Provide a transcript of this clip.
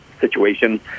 situation